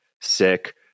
sick